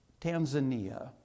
Tanzania